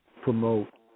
promote